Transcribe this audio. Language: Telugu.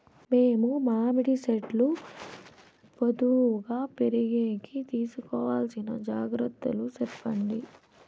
మేము మామిడి చెట్లు పొడువుగా పెరిగేకి తీసుకోవాల్సిన జాగ్రత్త లు చెప్పండి?